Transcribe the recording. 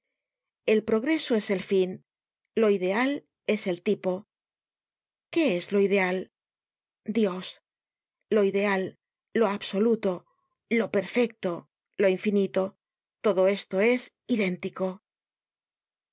el progreso es el fin lo ideal es el tipo qué es lo ideal dios lo ideal lo absoluto lo perfecto lo infinito todo esto es idéntico